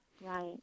Right